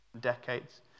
decades